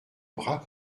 bras